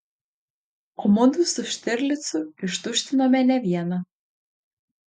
o mudu su štirlicu ištuštinome ne vieną